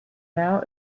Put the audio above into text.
now